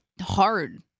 hard